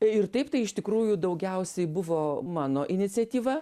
ir taip tai iš tikrųjų daugiausiai buvo mano iniciatyva